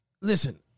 listen